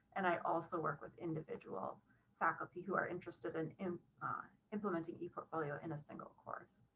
and i also work with individual faculty who are interested in in implementing a portfolio in a single course.